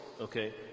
okay